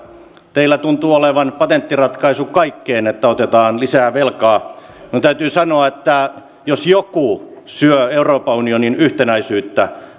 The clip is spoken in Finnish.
teillä tuntuu olevan patenttiratkaisu kaikkeen että otetaan lisää velkaa no täytyy sanoa että jos joku syö euroopan unionin yhtenäisyyttä se